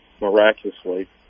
miraculously